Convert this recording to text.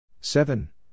seven